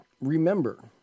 remember